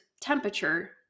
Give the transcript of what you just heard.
temperature